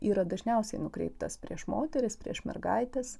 yra dažniausiai nukreiptas prieš moteris prieš mergaites